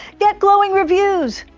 get glowing reviews!